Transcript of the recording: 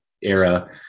era